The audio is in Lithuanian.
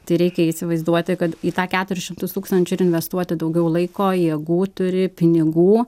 tai reikia įsivaizduoti kad į tą keturis šimtus tūkstančių ir investuoti daugiau laiko jėgų turi pinigų